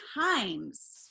times